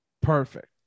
perfect